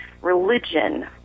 Religion